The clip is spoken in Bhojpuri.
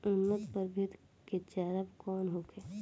उन्नत प्रभेद के चारा कौन होखे?